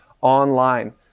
online